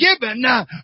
given